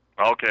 Okay